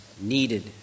needed